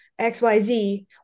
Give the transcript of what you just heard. xyz